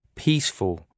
peaceful